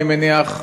אני מניח,